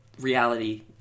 reality